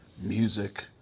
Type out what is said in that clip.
music